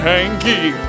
Hanky